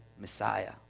Messiah